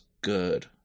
good